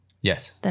Yes